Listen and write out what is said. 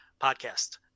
podcast